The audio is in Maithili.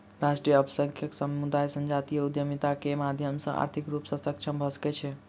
राष्ट्रक अल्पसंख्यक समुदाय संजातीय उद्यमिता के माध्यम सॅ आर्थिक रूप सॅ सक्षम भ सकै छै